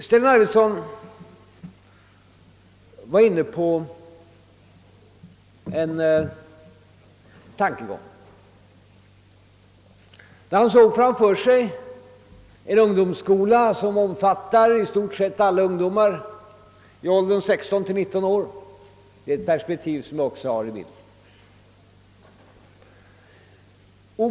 Stellan Arvidson var i sitt anförande inne på tankar som gjorde att han framför sig såg en ungdomsskola som omfattar i stort sett alla ungdomar i åldern 16—19 år, och det är samma perspektiv som jag också har.